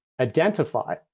identify